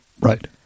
Right